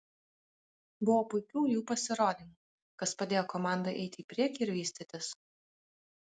buvo puikių jų pasirodymų kas padėjo komandai eiti į priekį ir vystytis